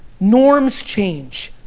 norms change.